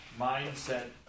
mindset